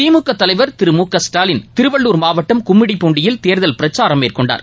திமுக தலைவர் திரு மு க ஸ்டாலின் திருவள்ளுர் மாவட்டம் கும்மிடிப்பூண்டியில் தேர்தல் பிரச்சாரம் மேற்கொண்டார்